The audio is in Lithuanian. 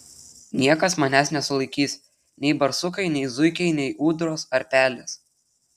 niekas manęs nesulaikys nei barsukai nei zuikiai nei ūdros ar pelės